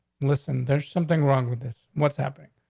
listen, there's something wrong with this what's happening?